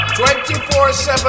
24-7